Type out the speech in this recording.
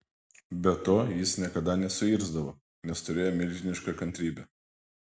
be to jis niekada nesuirzdavo nes turėjo milžinišką kantrybę